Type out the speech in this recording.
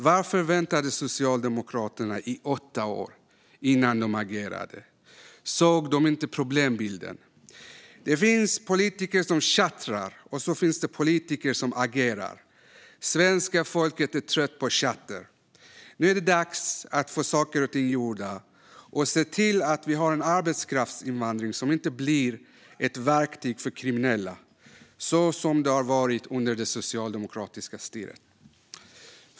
Varför väntade Socialdemokraterna i åtta år innan man agerade? Såg man inte problembilden? Det finns politiker som tjattrar och politiker som agerar. Svenska folket är trött på tjatter. Nu är det dags att få saker och ting gjorda och se till att vi har en arbetskraftsinvandring som inte blir ett verktyg för kriminella, som det har varit under det socialdemokratiska styret.